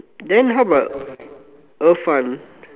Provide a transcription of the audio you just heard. then how about Irfan